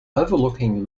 overlooking